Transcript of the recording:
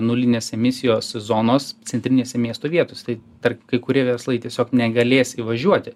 nulinės emisijos zonos centrinėse miestų vietose tai tarp kai kurie verslai tiesiog negalės įvažiuoti